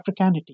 Africanity